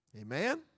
Amen